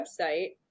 website